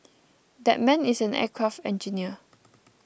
that man is an aircraft engineer